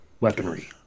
weaponry